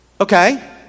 Okay